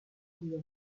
due